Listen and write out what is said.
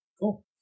cool